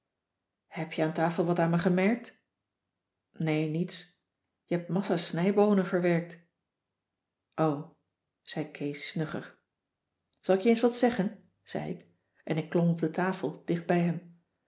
heb je aan tafel wat aan me gemerkt nee niets je hebt massa's snijboonen verwerkt o zei kees snugger zal ik je eens wat zeggen zei ik en ik klom op de tafel dicht bij hem